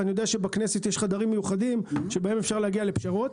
ואני יודע שבכנסת יש חדרים מיוחדים שבהם אפשר להגיע לפשרות,